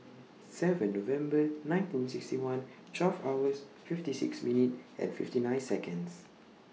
seven November nineteen sixty one twelve hours fifty six minutes and fifty nine Seconds